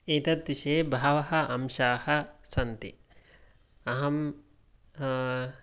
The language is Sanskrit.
एतद्विषये बहवः अंशाः सन्ति अहम्